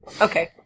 Okay